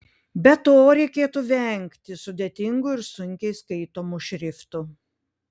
be to reikėtų vengti sudėtingų ir sunkiai skaitomų šriftų